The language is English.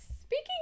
speaking